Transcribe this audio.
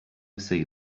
see